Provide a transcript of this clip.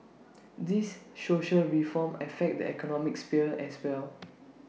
these social reforms affect the economic sphere as well